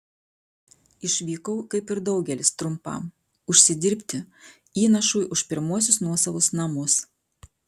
išvykau kaip ir daugelis trumpam užsidirbti įnašui už pirmuosius nuosavus namus